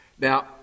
Now